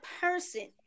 person